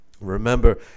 Remember